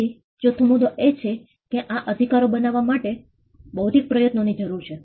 તેથી ચોથો મુદ્દો એ છે કે આ અધિકારો બનાવવા માટે બૌદ્ધિક પ્રયત્નો ની જરૂર છે